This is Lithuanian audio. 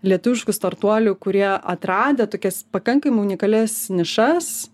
lietuviškų startuolių kurie atradę tokias pakankamai unikalias nišas